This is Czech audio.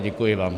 Děkuji vám.